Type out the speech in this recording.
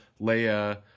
Leia